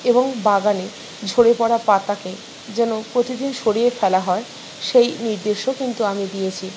এবং বাগানে ঝড়ে পড়া পাতাকে যেন প্রতিদিন সরিয়ে ফেলা হয় সেই নির্দেশও কিন্তু আমি দিয়েছি